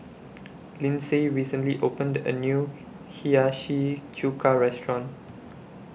Lynsey recently opened A New Hiyashi Chuka Restaurant